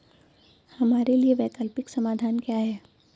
हमारे लिए वैकल्पिक समाधान क्या है?